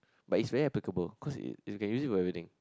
but is very applicable cause you can use it for everything